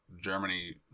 Germany